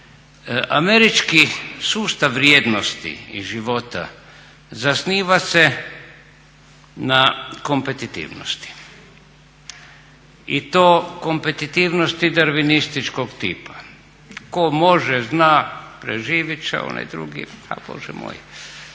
Američki sustav vrijednosti i života zasniva se na kompetitivnosti i to kompetitivnosti darvinističkog tipa. Ko može, zna preživjet će a onaj drugi a Bože moj